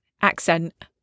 accent